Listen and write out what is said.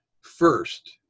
First